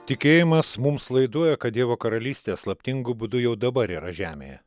tikėjimas mums laiduoja kad dievo karalystė slaptingu būdu jau dabar yra žemėje